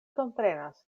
komprenas